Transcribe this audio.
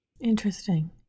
Interesting